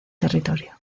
territorio